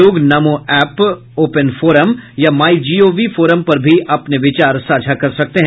लोग Namo app open forum या my gov forum पर भी अपने विचार साझा कर सकते हैं